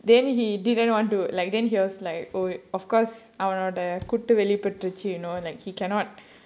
then he didn't want to like then he was like oh of course அவனோட குட்டு வெளிபட்டுடுச்சு:avanoda kuttu velipattuduchu you know like he cannot